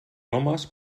homes